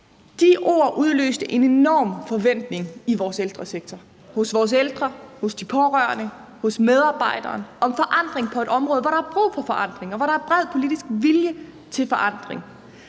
De ord udløste en enorm forventning i vores ældresektor, hos vores ældre, hos de pårørende og hos medarbejderne om forandring på et område, hvor der er brug for forandring, og hvor der er bred politisk vilje til forandring.